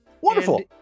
Wonderful